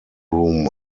room